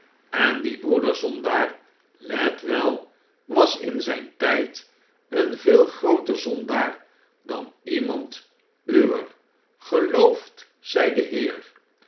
en die broeder zondaar let wel was in zyn tyd een veel grooter zondaar dan iemand uwer geloofd zy de heer